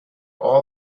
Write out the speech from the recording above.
all